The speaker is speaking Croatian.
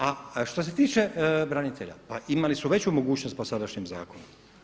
A što se tiče branitelja, pa imali su veću mogućnost po sadašnjem zakonu.